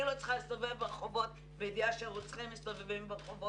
אני לא צריכה להסתובב ברחובות בידיעה שרוצחים מסתובבים ברחובות.